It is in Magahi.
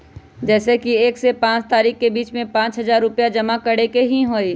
जैसे कि एक से पाँच तारीक के बीज में पाँच हजार रुपया जमा करेके ही हैई?